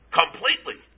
completely